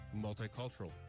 multicultural